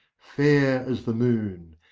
fair as the moon,